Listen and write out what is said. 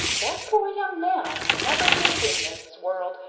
that pore young man'll never get it in this world,